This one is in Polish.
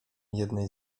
jednej